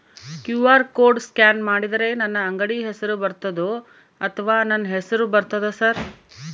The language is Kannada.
ಕ್ಯೂ.ಆರ್ ಕೋಡ್ ಸ್ಕ್ಯಾನ್ ಮಾಡಿದರೆ ನನ್ನ ಅಂಗಡಿ ಹೆಸರು ಬರ್ತದೋ ಅಥವಾ ನನ್ನ ಹೆಸರು ಬರ್ತದ ಸರ್?